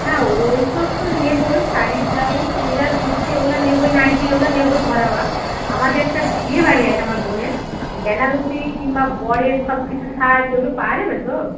না ওই সব তো নেবই শাড়ি ব্লাউজ চুড়িদার কুর্তি ওগুলা নেবই নাইটি ওগুলা নেবই ঘরোয়া আমাদের একটা বিয়েবাড়ি আছে আমার বোনের বেনারসি কিংবা বরের সব কিছু সাজ ওগুলো পাওয়া যাবে তো